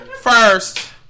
First